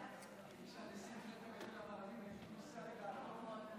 כנסת נכבדה, יש כל מיני חוקים שאנחנו מחוקקים.